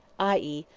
i e,